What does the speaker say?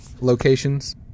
locations